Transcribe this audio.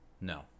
No